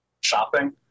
shopping